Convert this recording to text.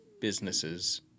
businesses